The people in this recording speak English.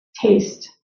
taste